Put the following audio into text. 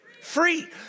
free